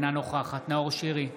אינה נוכחת נאור שירי,